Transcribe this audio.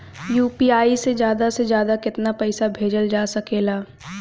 UPI से ज्यादा से ज्यादा केतना पईसा भेजल जा सकेला?